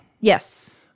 Yes